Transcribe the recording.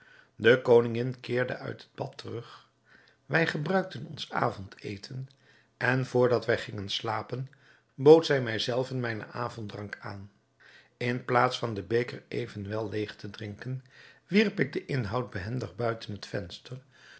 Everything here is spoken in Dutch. de koningin keerde uit het bad terug wij gebruikten ons avondeten en vr dat wij gingen slapen bood zij mij zelve mijnen avonddrank aan in plaats van den beker evenwel leêg te drinken wierp ik den inhoud behendig buiten het venster